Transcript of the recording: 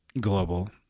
global